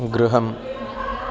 गृहम्